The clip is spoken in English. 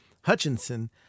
Hutchinson